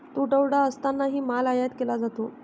तुटवडा असतानाही माल आयात केला जातो